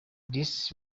this